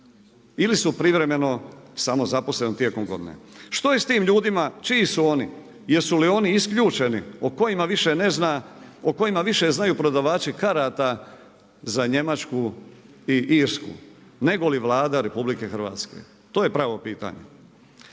ili su privremeno samozaposleni tijekom godine. Što je s tim ljudima, čiji su oni? Jesu li oni isključeni, o kojima više znaju prodavači karata za Njemačku i Irsku nego li Vlada RH, to je pravo pitanje?